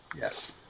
Yes